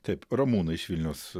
taip ramūna iš vilniaus